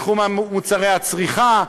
בתחום מוצרי הצריכה,